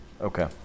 Okay